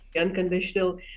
unconditional